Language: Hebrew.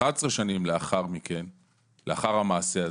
11 שנים לאחר המעשה הזה,